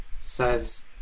says